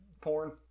porn